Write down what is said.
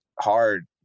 hard